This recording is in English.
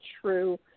true